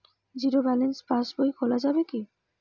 Zero balance pass বই খোলা যাবে কি?